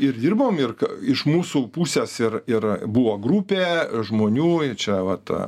ir dirbom ir iš mūsų pusės ir ir buvo grupė žmonių ir čia va ta